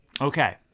Okay